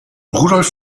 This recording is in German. rudolf